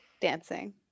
Dancing